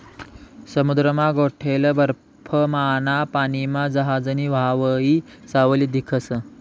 समुद्रमा गोठेल बर्फमाना पानीमा जहाजनी व्हावयी सावली दिखस